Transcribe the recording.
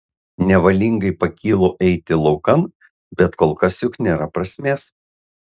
nevalingai pakylu eiti laukan bet kol kas juk nėra prasmės